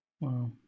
Wow